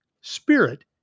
spirit